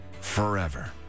forever